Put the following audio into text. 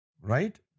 right